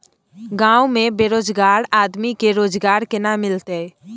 गांव में बेरोजगार आदमी के रोजगार केना मिलते?